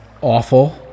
awful